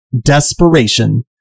Desperation